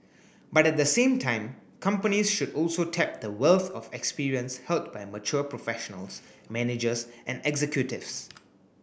but at the same time companies should also tap the wealth of experience held by mature professionals managers and executives